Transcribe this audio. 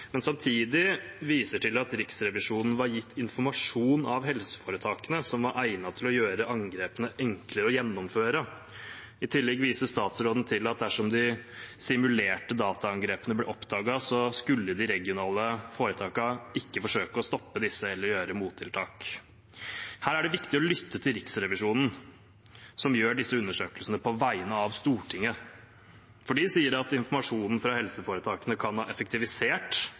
men viser samtidig til at Riksrevisjonen var gitt informasjon av helseforetakene som var egnet til å gjøre angrepene enklere å gjennomføre. I tillegg viser statsråden til at dersom de simulerte dataangrepene ble oppdaget, skulle de regionale foretakene ikke forsøke å stoppe disse eller gjøre mottiltak. Her er det viktig å lytte til Riksrevisjonen, som gjør disse undersøkelsene på vegne av Stortinget. De sier at informasjonen fra helseforetakene kan ha effektivisert